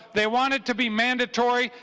they wanted to be mandatory.